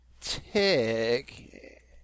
tick